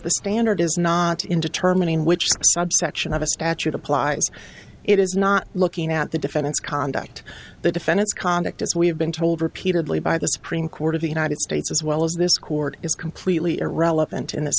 the standard is not in determining which subsection of a statute applies it is not looking at the defendant's conduct the defendant's conduct as we have been told repeatedly by the supreme court of the united states as well as this court is completely irrelevant in